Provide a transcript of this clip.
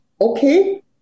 okay